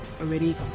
already